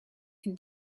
can